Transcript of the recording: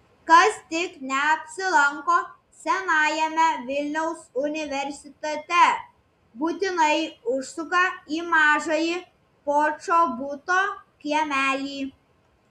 kas tik neapsilanko senajame vilniaus universitete būtinai užsuka į mažąjį počobuto kiemelį